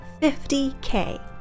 50K